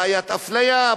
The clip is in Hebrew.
בעיית אפליה,